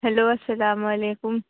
hello السّلام علیکم